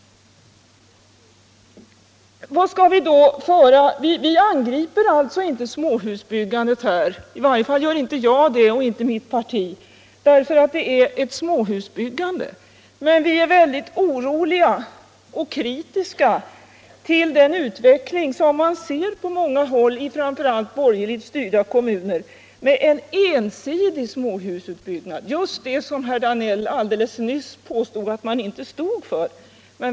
Vi angriper alltså inte småhusbyggandet som sådant — i varje fall gör inte jag och mitt parti det. Men vi är oroliga för och kritiska mot den utveckling som man ser på många håll framför allt i borgerligt styrda kommuner med en ensidig småhusutbyggnad — just det som herr Danell alldeles nyss påstod att man inte står för.